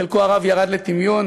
חלקו הרב ירד לטמיון,